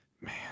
man